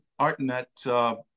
ArtNet